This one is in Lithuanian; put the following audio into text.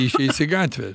išeis į gatvę